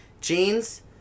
jeans